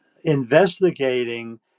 investigating